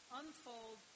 unfold